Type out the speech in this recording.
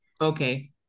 Okay